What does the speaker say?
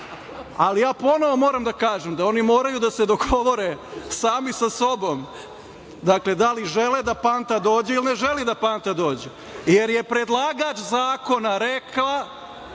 Ali, ja ponovo moram da kažem, da oni moraju da se dogovore sami sa sobom, dakle, da li žele da Panta dođe ili ne žele da Panta dođe, jer je predlagač zakona rekla